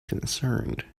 concerned